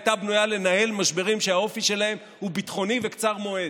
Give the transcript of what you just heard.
היא הייתה בנויה לנהל משברים שהאופי שלהם הוא ביטחוני וקצר מועד,